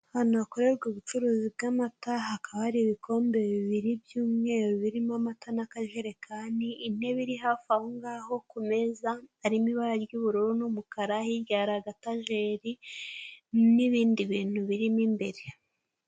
Ahantu hakorerwa ubucuruzi bw'amata, hakaba hari ibikombe bibiri by'umweru birimo amata n'akajerekani, intebe iri hafi aho ngaho ku meza harimo ibara ry'ubururu n'umukara hirya hari agatajeri n'ibindi bintu birimo imbere.